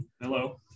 hello